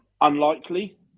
Unlikely